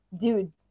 dude